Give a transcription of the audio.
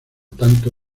tanto